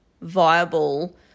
viable